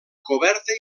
coberta